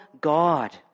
God